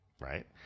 right